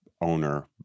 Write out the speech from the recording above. owner